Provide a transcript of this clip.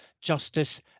justice